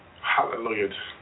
Hallelujah